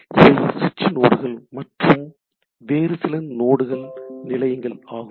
இவை ஸ்விச்சிங் நோடுகள் மற்றும் வேறு சில நோடுகள் நிலையங்கள் ஆகும்